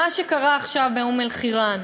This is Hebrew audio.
מה שקרה עכשיו באום-אלחיראן,